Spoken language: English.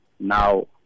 Now